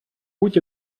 будь